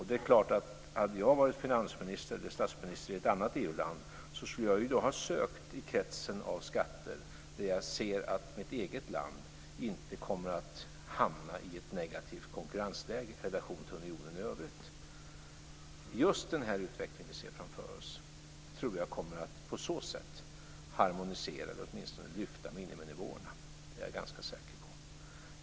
Det är klart att hade jag varit finansminister eller statsminister i ett annat EU-land skulle jag ha sökt i kretsen av skatter där jag sett att mitt eget land inte hade hamnat i ett negativt konkurrensläge i relation till unionen i övrigt. Just den här utvecklingen vi ser framför oss tror jag på så sätt kommer att harmonisera eller åtminstone lyfta miniminivåerna. Det är jag ganska säker på.